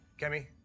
Kemi